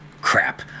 Crap